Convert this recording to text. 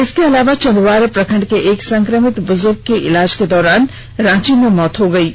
इसके अलावा चंदवारा प्रखंड के एक संक्रमित बुजुर्ग की इलाज के दौरान रांची में मौत हो गई है